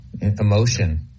emotion